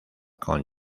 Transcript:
con